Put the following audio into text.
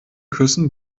küssen